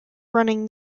running